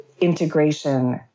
integration